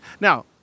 Now